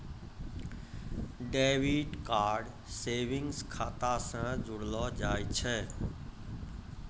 debit card savings खाता से जोड़लो जाय छै